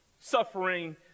Suffering